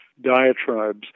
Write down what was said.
diatribes